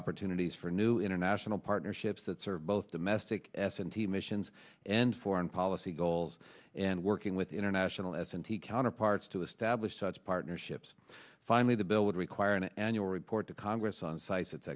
opportunities for new international partnerships that serve both domestic s m t missions and foreign policy goals and working with international s n t counterparts to establish such partnerships finally the bill would require an annual report to congress on sites it